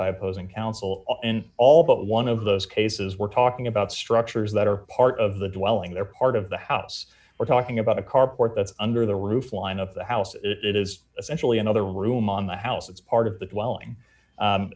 opposing counsel in all but one of those cases we're talking about structures that are part of the dwelling there part of the house we're talking about a carport that's under the roof line of the house it is essentially another room on the house it's part of the